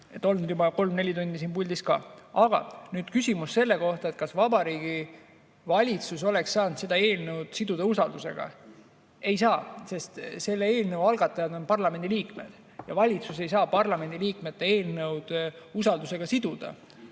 olnud juba kolm-neli tundi siin puldis. Aga nüüd küsimus selle kohta, kas Vabariigi Valitsus oleks saanud selle eelnõu siduda usaldusega. Ei oleks, sest selle eelnõu algatajad on parlamendiliikmed ja valitsus ei saa parlamendiliikmete eelnõu usaldusega siduda.